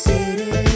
City